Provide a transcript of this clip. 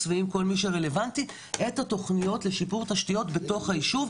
ועם כל מי שרלוונטי את התוכניות לשיפור תשתיות בתוך היישוב,